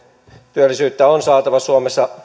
työllisyyttä on saatava suomessa